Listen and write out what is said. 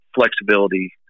flexibility